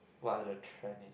what are the trends